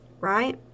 Right